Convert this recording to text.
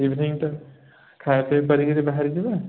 ଇଭିନିଂଟା ଖାଇବା ପିଇବା କରିକିରି ବାହାରିଯିବା